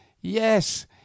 yes